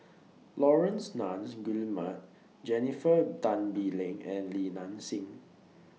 Laurence Nunns Guillemard Jennifer Tan Bee Leng and Li Nanxing